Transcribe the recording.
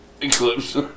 eclipse